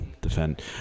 defend